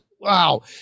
Wow